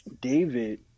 David